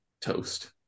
toast